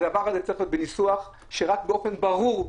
הדבר הזה צריך להיות בניסוח שנדע באופן ברור,